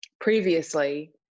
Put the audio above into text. previously